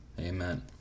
Amen